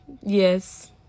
yes